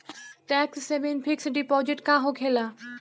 Tax saving fix deposit का होखे ला?